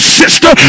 sister